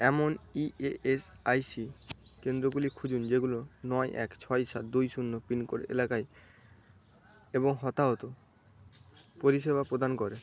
এমন E S I C কেন্দ্রগুলি খুঁজুন যেগুলো নয় এক ছয় সাত দুই শূন্য পিনকোড এলাকায় এবং হতাহত পরিষেবা প্রদান করে